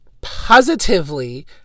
positively